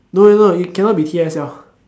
no no no it cannot be T_S_L